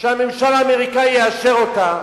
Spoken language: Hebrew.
שהממשל האמריקני יאשר אותה,